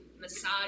massage